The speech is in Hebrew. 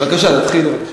בבקשה, תתחילו.